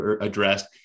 addressed